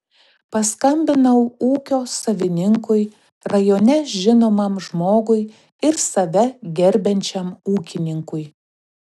paskambinau ūkio savininkui rajone žinomam žmogui ir save gerbiančiam ūkininkui